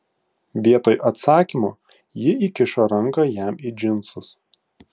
vietoj atsakymo ji įkišo ranką jam į džinsus